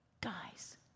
Guys